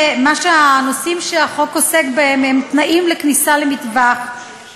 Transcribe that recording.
הנושאים שהחוק עוסק בהם הם תנאים לכניסה למטווח,